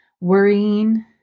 worrying